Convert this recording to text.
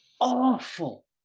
awful